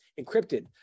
encrypted